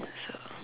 so